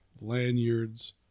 lanyards